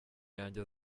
yanjye